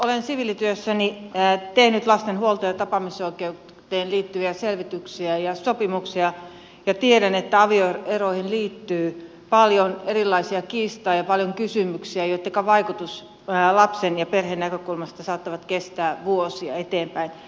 olen siviilityössäni tehnyt lasten huolto ja tapaamisoikeuteen liittyviä selvityksiä ja sopimuksia ja tiedän että avioeroihin liittyy paljon erilaisia kiistoja ja paljon kysymyksiä joittenka vaikutus lapsen ja perheen näkökulmasta saattaa kestää vuosia eteenpäin